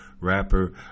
rapper